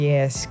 Yes